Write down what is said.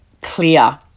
clear